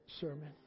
sermon